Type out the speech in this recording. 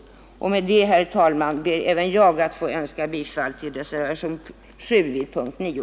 Med det, herr talman, ber även jag att få yrka bifall till reservationen 7 vid punkten 9.